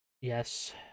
yes